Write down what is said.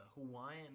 Hawaiian